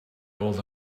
old